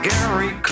Gary